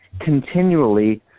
continually